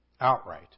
outright